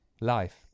life